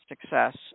success